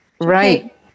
Right